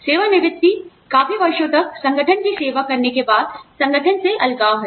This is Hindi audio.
सेवानिवृत्ति काफी वर्षों तक संगठन की सेवा करने के बाद संगठन से अलगाव है